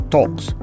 Talks